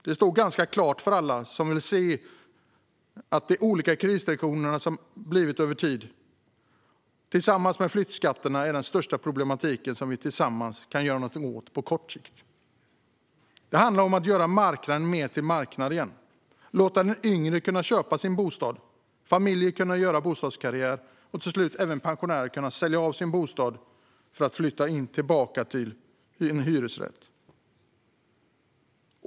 Det står ganska klart för alla som vill se att de olika kreditrestriktionerna som tillkommit över tid är jämte flyttskatterna den största problematiken som vi tillsammans kan göra något åt på kort sikt. Det handlar om att göra marknaden mer till marknad igen, låta den yngre kunna köpa sin bostad, familjer kunna göra bostadskarriärer och till slut även pensionären kunna sälja av sin bostad för att åter flytta till en hyreslägenhet.